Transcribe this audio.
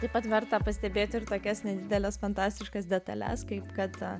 taip pat verta pastebėti ir tokias nedideles fantastiškas detales kaip kad